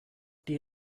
die